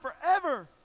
forever